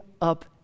up